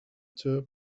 tour